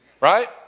Right